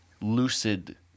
lucid